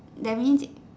that means